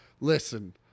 Listen